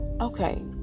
okay